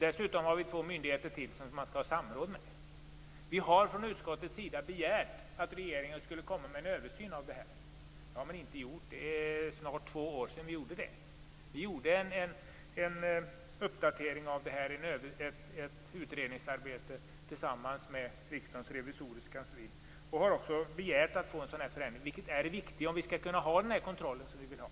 Dessutom har vi två myndigheter som man skall ha samråd med. Vi har från utskottets sida begärt att regeringen skulle komma med en översyn. Det har man inte gjort. Det är snart två år sedan vi begärde det. Vi gjorde ett utredningsarbete tillsammans med Riksdagens revisorers kansli och begärde att få en sådan här förändring, vilket är viktigt om vi skall kunna ha den kontroll som vi vill ha.